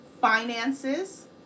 finances